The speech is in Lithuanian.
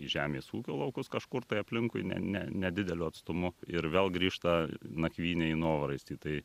į žemės ūkio laukus kažkur aplinkui ne ne nedideliu atstumu ir vėl grįžta nakvynei į novaraistį tai